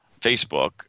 Facebook